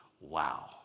Wow